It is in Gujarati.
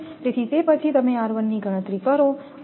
તેથી તે પછી તમે ની ગણતરી કરો